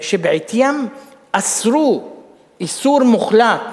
שבעטיים אסרו איסור מוחלט